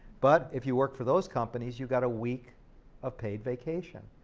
but if you worked for those companies, you got a week of paid vacation.